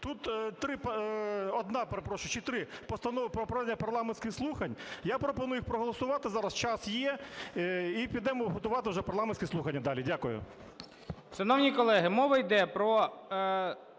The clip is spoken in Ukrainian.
чи три постанови про проведення парламентських слухань. Я пропоную їх проголосувати зараз, час є, і підемо готувати вже парламентські слухання далі. Дякую.